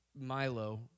Milo